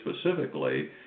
specifically